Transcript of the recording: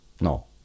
No